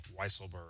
Weiselberg